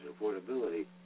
affordability